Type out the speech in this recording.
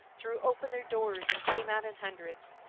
threw open their doors and came out in hundreds.